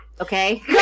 Okay